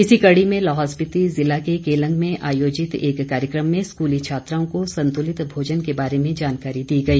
इसी कड़ी में लाहौल स्पिति जिला के केलंग में आयोजित एक कार्यक्रम में स्कूली छात्राओं को संतुलित भोजन के बारे में जानकारी दी गई